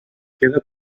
queda